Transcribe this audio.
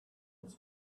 its